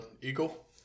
Eagle